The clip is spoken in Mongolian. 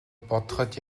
бодоход